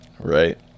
Right